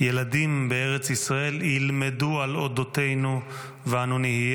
ילדים בארץ ישראל של העתיד ילמדו על אודותינו ואנו נהיה